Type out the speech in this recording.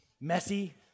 messy